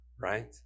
right